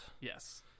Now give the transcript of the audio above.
Yes